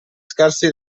scarsi